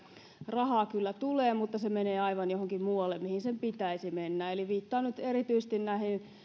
rahaa kyllä tulee mutta se menee aivan johonkin muualle kuin mihin sen pitäisi mennä eli viittaan nyt erityisesti näihin